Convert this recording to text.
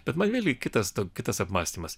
bet man vėlgi kitas kitas apmąstymas